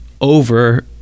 over